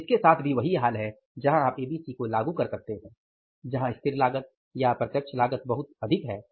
तो उसके साथ भी वही हाल है जहां आप एबीसी को लागू कर सकते हैं जहां स्थिर लागत या अप्रत्यक्ष लागत बहुत अधिक है